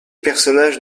personnages